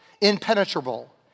impenetrable